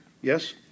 Yes